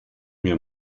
mir